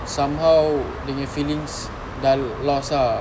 somehow dia nya feelings dah lost ah